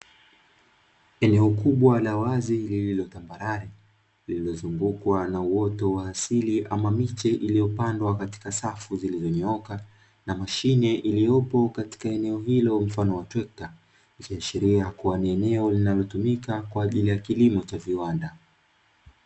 Eneo kubwa la wazi lililo tambarare, lililozungukwa na uoto wa asili ama miche iliyopandwa katika safu zilizonyooka, na mashine iliyopo katika eneo hilo mfano wa trekta, ikiashiria kuwa ni eneo linalotumika kwaajili ya kilimo cha viwanda.